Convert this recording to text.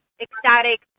ecstatic